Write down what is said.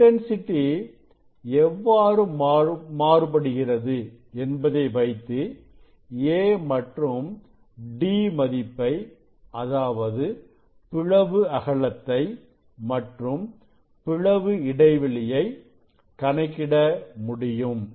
intent city எவ்வாறு மாறுபடுகிறது என்பதை வைத்து a மற்றும் d மதிப்பை அதாவது பிளவு அகலத்தை மற்றும் பிளவு இடைவெளியை கணக்கிட முடியும்